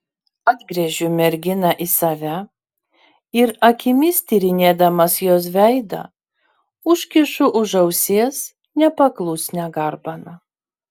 atgręžiu merginą į save ir akimis tyrinėdamas jos veidą užkišu už ausies nepaklusnią garbaną